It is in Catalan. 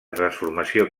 transformació